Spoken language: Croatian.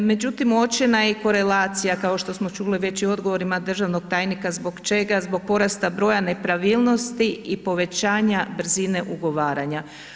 Međutim, uočena je i korelacija kao što smo čuli već i u odgovorima državnog tajnika zbog čega, zbog porasta broja nepravilnosti i povećanja brzine ugovaranja.